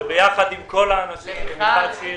ביחד עם מיכל שיר